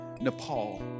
Nepal